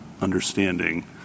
understanding